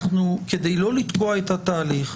כדי לא לתקוע את התהליך,